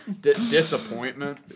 Disappointment